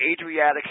Adriatic